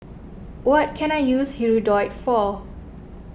what can I use Hirudoid for